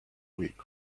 week